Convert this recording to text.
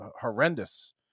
horrendous